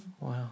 wow